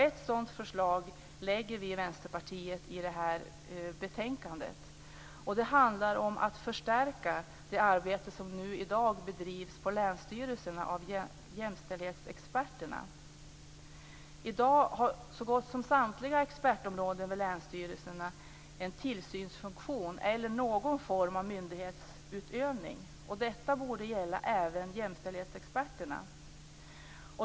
Ett sådant förslag lägger vi i Vänsterpartiet fram i det här betänkandet. Det handlar om att förstärka det arbete som i dag bedrivs på länsstyrelserna av jämställdhetsexperter. I dag har så gott som samtliga expertområden på länsstyrelserna en tillsynsfunktion eller någon form av myndighetsutövning. Detta borde gälla även jämställdhetsexperterna.